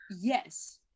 Yes